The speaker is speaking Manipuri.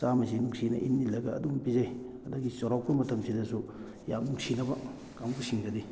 ꯃꯆꯥꯈꯩꯁꯤ ꯅꯨꯡꯁꯤꯅ ꯏꯜꯂ ꯏꯜꯂꯒ ꯑꯗꯨꯝ ꯄꯤꯖꯩ ꯑꯗꯒꯤ ꯆꯥꯎꯔꯛꯄ ꯃꯇꯝꯁꯤꯗꯁꯨ ꯌꯥꯝ ꯅꯨꯡꯁꯤꯅꯕ ꯀꯥꯡꯕꯨꯁꯤꯡꯗꯗꯤ